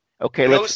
Okay